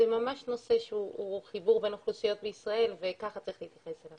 זה ממש נושא של חיבור בין אוכלוסיות בישראל וכך צריך להתייחס אליו.